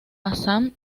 assam